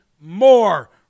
more